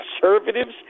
conservatives